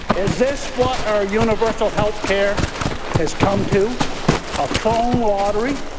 is this what our universal health care has come to a phone lottery?